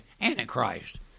Antichrist